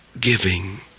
giving